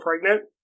pregnant